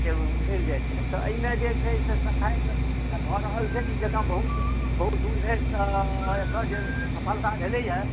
से मिल जाइत छथि तऽ एहिमे जे छै से सफाइ जे भऽ रहल छै नीक जँका बहुत बहुत दूर धरि तऽ एकर जे सफलता भेलैए